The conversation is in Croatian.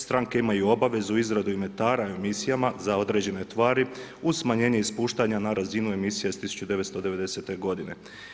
Stranke imaju obavezu izradu inventara o emisijama za određene tvari uz smanjenje ispuštanja na razinu emisije iz 1990. godine.